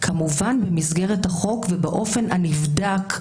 כמובן במסגרת החוק ובאופן הנבדק,